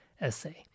essay